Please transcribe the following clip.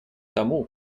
тому